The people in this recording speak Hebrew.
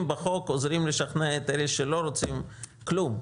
בחוק עוזרים לשכנע את אלה שלא רוצים כלום.